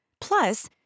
Plus